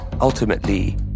ultimately